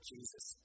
Jesus